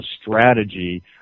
strategy